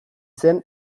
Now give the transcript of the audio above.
zen